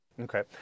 Okay